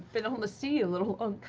been on the sea a little long.